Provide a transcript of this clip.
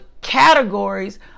categories